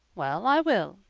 well, i will,